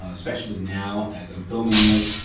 especially now as i'm filming this.